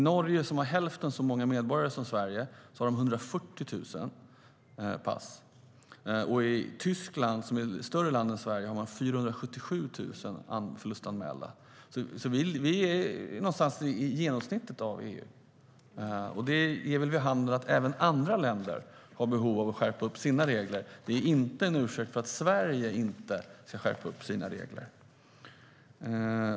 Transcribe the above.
Norge, som har hälften så många medborgare som Sverige, har 140 000 förlustanmälda pass, medan Tyskland, som är ett större land är Sverige, har 477 000. Vi ligger kring genomsnittet i EU, och det ger vid handen att även andra länder har behov av att skärpa upp sina regler. Det är inte en ursäkt för att Sverige inte ska skärpa upp sina regler.